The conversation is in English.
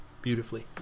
Beautifully